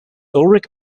ulrich